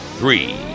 three